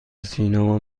سینما